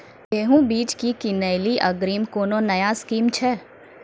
गेहूँ बीज की किनैली अग्रिम कोनो नया स्कीम छ?